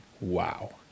wow